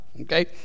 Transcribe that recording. okay